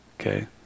okay